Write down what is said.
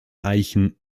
eichen